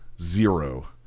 Zero